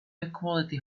equality